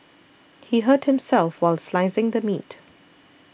he hurt himself while slicing the meat